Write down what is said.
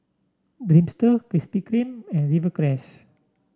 Dreamster Krispy Kreme and Rivercrest